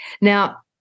Now